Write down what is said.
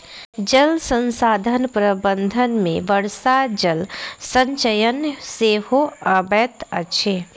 जल संसाधन प्रबंधन मे वर्षा जल संचयन सेहो अबैत अछि